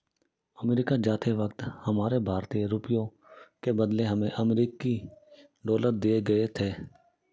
America जाते वक्त हमारे भारतीय रुपयों के बदले हमें अमरीकी डॉलर दिए गए थे